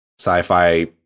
sci-fi